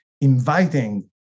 inviting